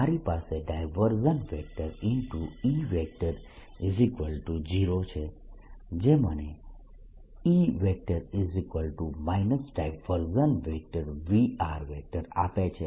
મારી પાસે E0 છે જે મને E V આપે છે